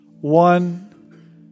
One